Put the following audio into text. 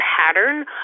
pattern